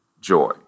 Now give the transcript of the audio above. joy